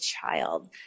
child